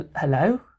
Hello